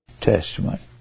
testament